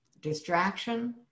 distraction